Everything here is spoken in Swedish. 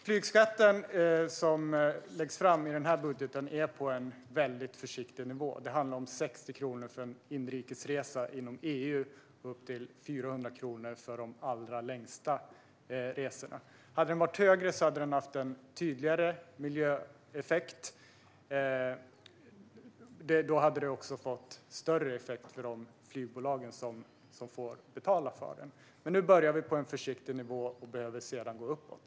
Flygskatten, som föreslås i budgeten, är på en mycket försiktig nivå. Det handlar om 60 kronor för inrikesresor och inom EU och upp till 400 kronor för de allra längsta resorna. Hade den varit högre hade den haft en tydligare miljöeffekt. Då hade den också fått större effekt för flygbolagen som får betala för den. Men nu börjar vi på en försiktig nivå och behöver sedan gå uppåt.